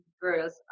girls